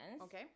Okay